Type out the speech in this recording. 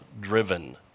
driven